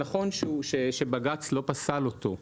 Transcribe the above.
נכון שבג"צ לא פסל אותו,